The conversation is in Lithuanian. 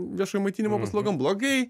viešojo maitinimo paslaugom blogai